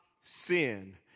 sin